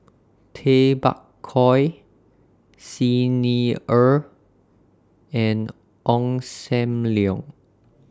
Tay Bak Koi Xi Ni Er and Ong SAM Leong